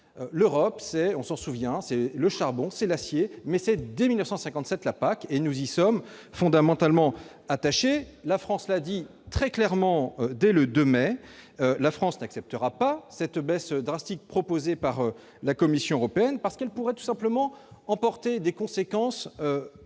L'Europe, on s'en souvient, c'est le charbon, c'est l'acier, mais c'est aussi, dès 1957, la PAC et nous y sommes fondamentalement attachés. La France l'a dit très clairement dès le 2 mai, elle n'acceptera pas cette baisse drastique proposée par la Commission européenne, tout simplement parce qu'elle pourrait emporter des conséquences très